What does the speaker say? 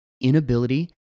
inability